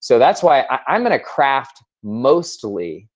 so that's why i'm gonna craft mostly